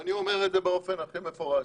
ואני אומר את זה באופן הכי מפורש.